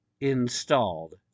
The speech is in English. installed